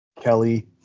Kelly